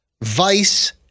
Vice